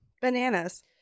bananas